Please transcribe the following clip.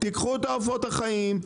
תיקחו את העופות החיים,